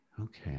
Okay